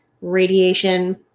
radiation